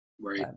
right